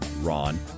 Ron